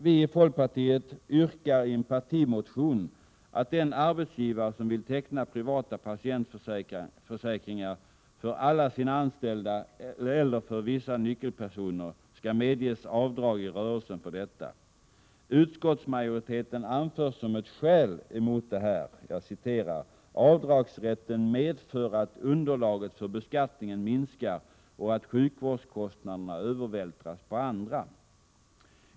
Vi i folkpartiet yrkar i en partimotion att den arbetsgivare som vill teckna privata patientförsäkringar för alla sina anställda eller för vissa nyckelpersoner skall medges avdrag i rörelsen för detta. Utskottsmajoriteten anför som ett skäl mot detta att ”avdragsrätten medför att underlaget för beskattningen minskar och att sjukvårdskostnaderna övervältras på andra”.